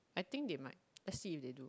I think they might let's see if they do